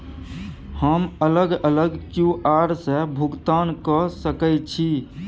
हम अलग अलग क्यू.आर से भुगतान कय सके छि?